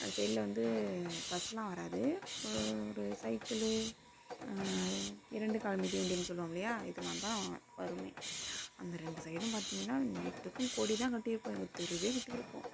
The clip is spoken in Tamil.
அந்த சைடில் வந்து பஸ்லாம் வராது ஒரு சைக்கிளு இரண்டு கால் மிதி வண்டின்னு சொல்லுவோம் இல்லையா இதெலாம் தான் வருமே அந்த ரெண்டு சைடும் பார்த்திங்கன்னா நீட்டுக்கும் கொடி தான் கட்டியிருப்போம் எங்கள் தெருவே கட்டியிருப்போம்